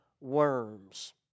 Worms